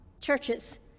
churches